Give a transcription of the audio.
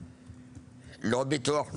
לא ביטוח לאומי,